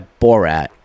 Borat